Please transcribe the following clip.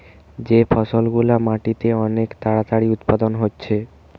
যে ফসল গুলা মাটিতে অনেক তাড়াতাড়ি উৎপাদন হচ্ছে